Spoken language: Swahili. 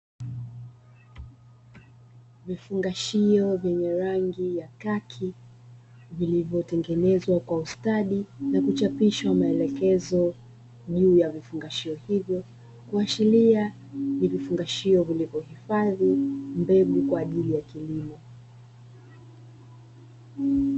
Vifungashio vilivotengenezwa kwa ustadi na kuchapishwa maelekezo juu ya vifungashio hivyo kuashiria ni vifungashio vilivyohifadhi mbegu kwa ajili ya kilimo.